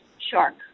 shark